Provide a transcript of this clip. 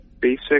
basic